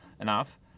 enough